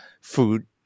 food